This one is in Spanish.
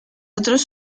otros